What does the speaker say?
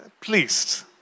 pleased